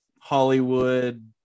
Hollywood